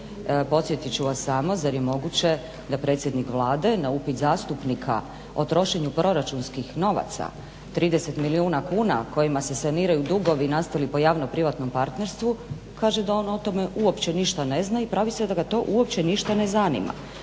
podsjetit ću vas samo, zar je moguće da predsjednik Vlade na upit zastupnika o trošenju proračunskih novaca, 30 milijuna kuna kojima se saniraju dugovi nastali po javno-privatnom partnerstvu, kaže da on o tome uopće ništa ne zna i pravi se da ga to uopće ništa ne zanima.